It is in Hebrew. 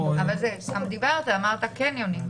לא, אבל דיברת, אמרת קניונים.